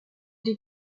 die